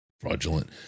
fraudulent